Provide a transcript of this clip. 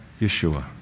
Yeshua